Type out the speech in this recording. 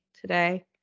today